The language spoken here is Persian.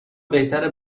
بهتره